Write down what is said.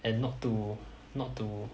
and not to not to